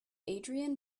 adrian